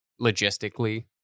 logistically